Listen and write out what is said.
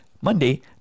Monday